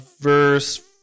Verse